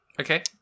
Okay